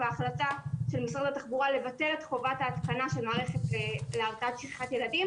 ההחלטה של משרד התחבורה לבטל את חובת ההתקנה של מערכת להרתעת שכחת ילדים